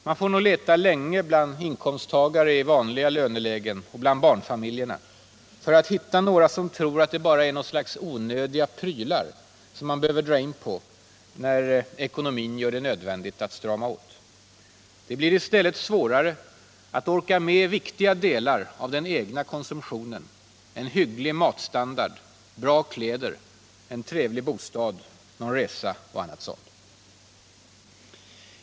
Man får nog leta länge bland inkomsttagare i vanliga lönelägen och bland barnfamiljerna för att hitta några som tror att det bara är en del ”onödiga prylar” som man behöver dra in på när ekonomin gör det nödvändigt att strama åt. Det blir i stället svårare att orka med viktiga delar av den egna konsumtionen: en hygglig matstandard, bra kläder, en trevlig bostad, någon resa och annat sådant.